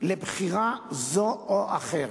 לבחירה זו או אחרת.